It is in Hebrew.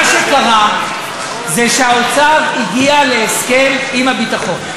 מה שקרה זה שהאוצר הגיע להסכם עם הביטחון.